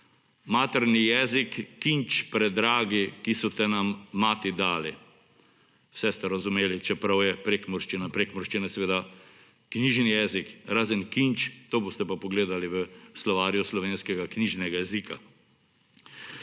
»Materni jezik, kinč predragi, ki so te nam mati dali.« Vse ste razumeli, čeprav prekmurščina in prekmurščina je seveda knjižni jezik. Razen »kinč«, to boste pa pogledali v Slovarju slovenskega knjižnega jezika.